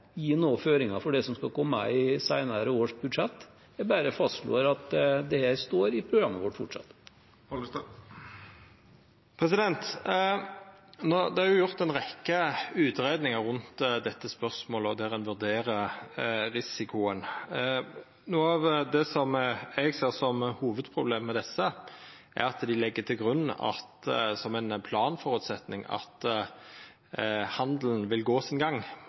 gi noen føringer for det som skal komme i senere års budsjetter. Jeg bare fastslår at det står i programmet vårt fortsatt. Det er gjort ei rekke utgreiingar rundt dette spørsmålet der ein vurderer risikoen. Noko av det som eg ser på som hovudproblemet med desse, er at dei legg til grunn, som ein planføresetnad, at handelen vil gå sin gang